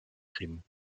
crimes